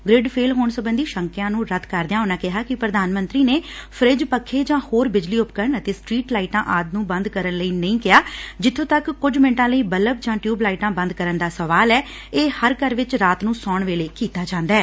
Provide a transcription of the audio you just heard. grid fail ਹੋਣ ਸਬੰਧੀ ਸ਼ੰਕਿਆਂ ਨੂੰ ਰੱਦ ਕਰਦਿਆਂ ਉਨੂਂ ਕਿਹਾ ਕਿ ਪ੍ਰਧਾਨ ਮੰਤਰੀ ਨੇ ਫ੍ਰਿਜ ਪੱਖੇ ਜਾਂ ਹੋਰ ਬਿਜਲੀ ਉਪਰਕਨ ਅਤੇ ਸਟ੍ਰੀਟ ਲਾਈਟਾਂ ਆਦਿ ਨੇ ਬੰਦ ਕਰਨ ਲਈ ਨਹੀ ਕਿਹਾ ਜਿੱਬੋ ਤੱਕ ਕੁਝ ਮਿੰਟਾਂ ਲਈ ਬਲਬ ਟਿਉਬ ਲਾਈਟਾਂ ਬੰਦ ਕਰਨ ਦਾ ਸਵਾਲ ਏ ਇਹ ਹਰ ਘਰ 'ਚ ਰਾਤ ਨੂੰ ਸੋਣ ਵੇਲੇ ਕੀਤਾ ਜਾਂਦੈ